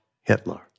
Hitler